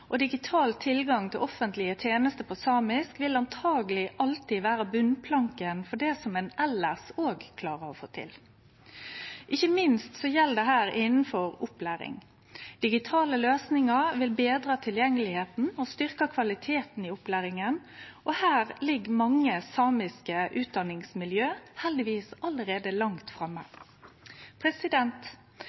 tenester på samisk vil truleg alltid vere botnplanken for det ein elles òg klarar å få til. Ikkje minst gjeld dette innanfor opplæring. Digitale løysingar vil betre tilgjengelegheita og styrkje kvaliteten i opplæringa, og her ligg mange samiske utdanningsmiljø heldigvis allereie langt framme.